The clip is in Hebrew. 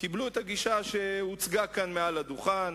קיבלו את הגישה שהוצגה כאן מעל לדוכן.